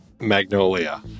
Magnolia